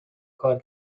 کار